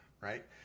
right